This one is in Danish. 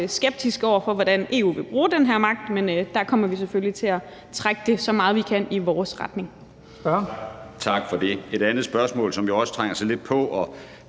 skeptiske over for, hvordan EU vil bruge den her magt, og der kommer vi selvfølgelig til at trække det, så meget vi kan, i vores retning. Kl. 17:40 Første næstformand (Leif